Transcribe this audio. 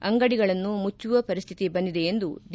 ಅಂಗಡಿಗಳನ್ನು ಮುಚ್ಚುವ ಪರಿಸ್ಥಿತಿ ಬಂದಿದೆ ಎಂದು ಡಿ